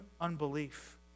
unbelief